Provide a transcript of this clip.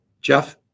Jeff